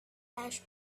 ash